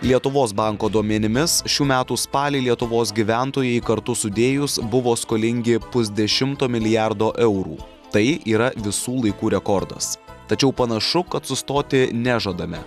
lietuvos banko duomenimis šių metų spalį lietuvos gyventojai kartu sudėjus buvo skolingi pusdešimto milijardo eurų tai yra visų laikų rekordas tačiau panašu kad sustoti nežadame